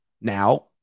Now